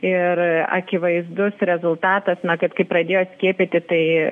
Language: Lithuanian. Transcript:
ir akivaizdus rezultatas na kad kai pradėjo skiepyti tai